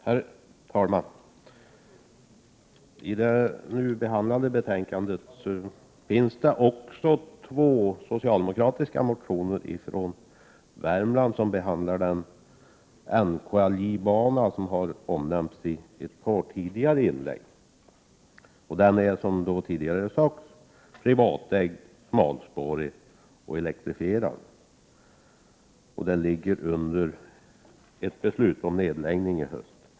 Herr talman! I det nu aktuella betänkandet behandlas också två socialdemokratiska motioner från Värmland där NKIJ-banan, som har omnämnts i ett par tidigare inlägg, tas upp. Den är, vilket tidigare har sagts, privatägd, smalspårig och elektrifierad. Det finns ett beslut om nedläggning i höst.